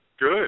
Good